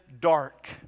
dark